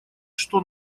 что